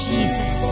Jesus